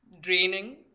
draining